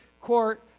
court